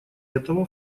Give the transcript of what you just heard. этого